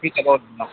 ठीकु आहे हा